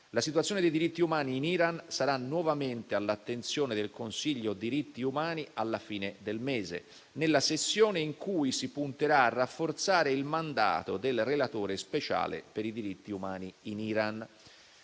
La situazione dei diritti umani in Iran sarà nuovamente all'attenzione del Consiglio diritti umani alla fine del mese, nella sessione in cui si punterà a rafforzare il mandato del relatore speciale per i diritti umani in Iran.